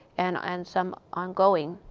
and and some ongoing.